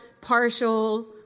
partial